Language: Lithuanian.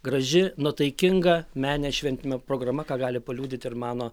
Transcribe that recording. graži nuotaikinga meninė šventinė programa ką gali paliudyti ir mano